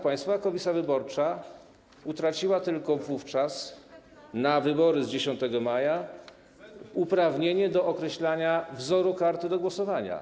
Państwowa Komisja Wyborcza utraciła tylko w przypadku wyborów z 10 maja uprawnienie do określania wzoru karty do głosowania.